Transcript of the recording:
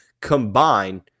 combine